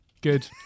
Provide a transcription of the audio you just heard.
good